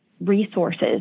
resources